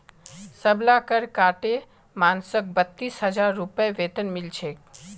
सबला कर काटे मानसक बत्तीस हजार रूपए वेतन मिल छेक